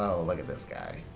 oh, look at this guy.